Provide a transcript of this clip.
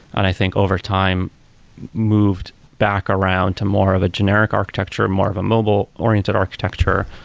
and i think over time moved back around to more of a generic architecture, more of a mobile-oriented architecture.